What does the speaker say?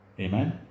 Amen